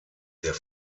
der